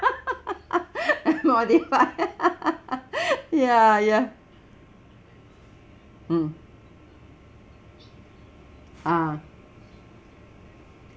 and modified ya ya mm ah